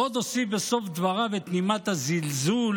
ועוד הוסיף בסוף דבריו את נימת הזלזול: